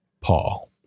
Paul